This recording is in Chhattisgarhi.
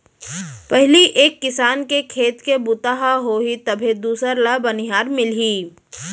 पहिली एक किसान के खेत के बूता ह होही तभे दूसर ल बनिहार मिलही